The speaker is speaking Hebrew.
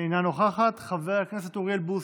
אינה נוכחת, חבר הכנסת אוריאל בוסו,